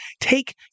take